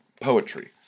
poetry